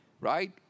right